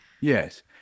Yes